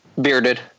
Bearded